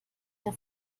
der